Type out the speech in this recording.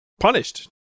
punished